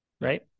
right